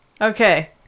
okay